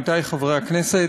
עמיתי חברי הכנסת,